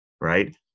right